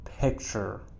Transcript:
picture